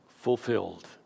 fulfilled